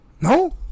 No